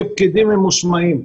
כפקידים ממושמעים,